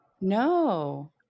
no